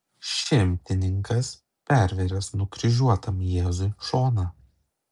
šimtininkas pervėręs nukryžiuotam jėzui šoną